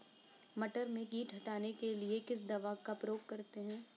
मटर में कीट हटाने के लिए किस दवा का प्रयोग करते हैं?